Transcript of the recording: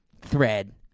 Thread